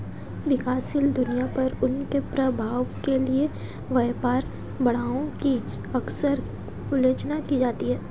विकासशील दुनिया पर उनके प्रभाव के लिए व्यापार बाधाओं की अक्सर आलोचना की जाती है